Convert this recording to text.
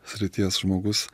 srities žmogus